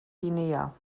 guinea